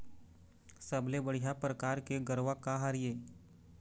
सबले बढ़िया परकार के गरवा का हर ये?